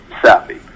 Sappy